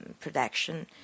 production